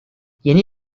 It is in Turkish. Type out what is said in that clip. yeni